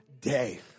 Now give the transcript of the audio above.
day